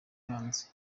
hanze